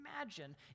imagine